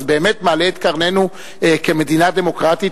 אז זה באמת מעלה את קרננו כמדינה דמוקרטית,